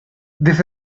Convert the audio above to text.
this